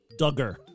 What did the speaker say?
Dugger